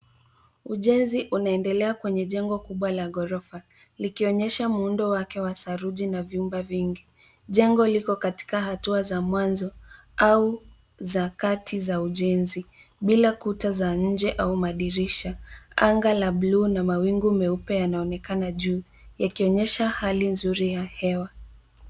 Ujenzi unaendelea kwenye jengo kubwa la ghorofa likionyesha muundo wake wa saruji na vyumba vingi, jengo liko katika hatua za mwanzo au za kati za ujenzi bila kuta za nje au madirisha ,anga la buluu na mawingu meupe yanaonekana juu yakionyesha hali nzuri ya hewa.